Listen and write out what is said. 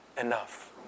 enough